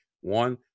One